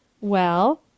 Well